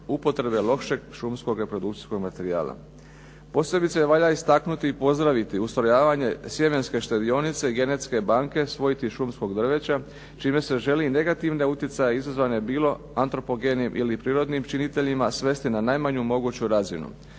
upotrebe lošeg šumskog reprodukcijskog materijala. Posebice valjda istaknuti i pozdraviti ustrojavanje sjemenske štedionice i genetske banke svojti šumskog drveća, čime se želi negativne utjecaje izazvane bilo antropogenim ili prirodnim činiteljima svesti na najmanju moguću razinu